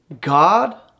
God